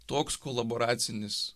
toks koloboracinis